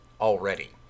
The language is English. already